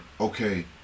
okay